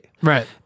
right